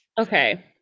Okay